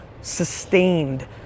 sustained